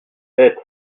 être